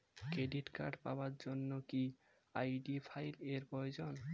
Credit card পাওয়ার জন্য কি আই.ডি ফাইল এর প্রয়োজন?